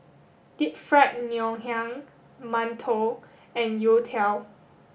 deep fried ngoh hiang mantou and youtiao